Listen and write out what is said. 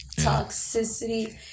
Toxicity